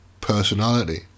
personality